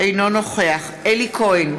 אינו נוכח אלי כהן,